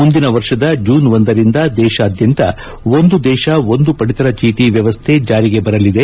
ಮುಂದಿನ ವರ್ಷದ ಜೂನ್ ಒಂದರಿಂದ ದೇಶಾದ್ಯಂತ ಒಂದು ದೇಶ ಒಂದು ಪಡಿತರ ಚೇಟಿ ವ್ಯವಸ್ಗೆ ಜಾರಿಗೆ ಬರಲಿದೆ